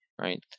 right